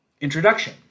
introduction